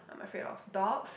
I'm afraid of dogs